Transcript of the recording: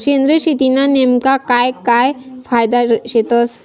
सेंद्रिय शेतीना नेमका काय काय फायदा शेतस?